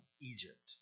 Egypt